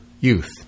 youth